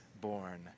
born